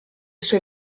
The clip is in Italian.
sue